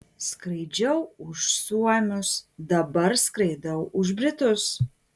skraidžiau už suomius dabar skraidau už britus